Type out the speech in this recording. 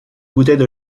bouteille